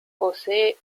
posee